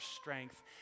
strength